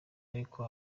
ariko